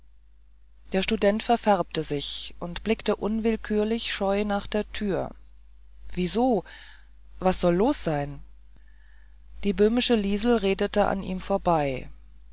der student verfärbte sich und blickte unwillkürlich scheu nach der tür wieso was soll los sein die böhmische liesel redete an ihm vorbei